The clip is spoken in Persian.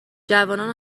جوانان